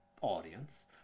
audience